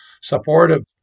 supportive